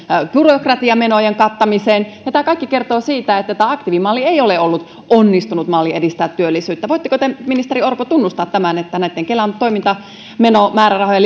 byrokratiamenojen kattamiseen ja tämä kaikki kertoo siitä että tämä aktiivimalli ei ole ollut onnistunut malli edistää työllisyyttä voitteko te ministeri orpo tunnustaa tämän että kelan toimintamenomäärärahojen